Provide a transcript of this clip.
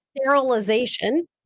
sterilization